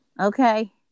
Okay